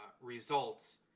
results